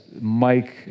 Mike